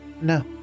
no